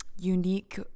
unique